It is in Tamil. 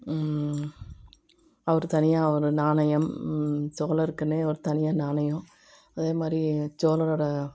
அவர் தனியாக ஒரு நாணயம் சோழருக்குன்னு ஒரு தனியாக நாணயம் அதே மாதிரி சோழரோட